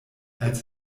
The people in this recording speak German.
als